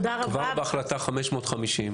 כבר החלטה 550,